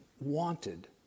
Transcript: wanted